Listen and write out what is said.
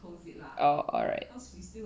oh alright